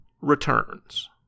Returns